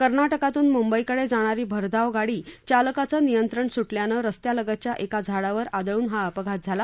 कर्ना क्रातून मुंबईकडे जाणारी भरधाव गाडी चालकाचं नियंत्रण सु क्रियानं रस्त्यालगतच्या क्रा झाडावर आदळून हा अपघात झाला